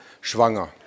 schwanger